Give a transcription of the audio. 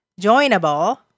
joinable